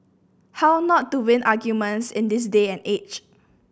how not to win arguments in this day and age